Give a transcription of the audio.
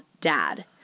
dad